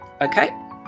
Okay